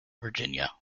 virginia